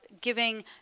giving